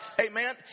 Amen